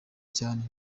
cyane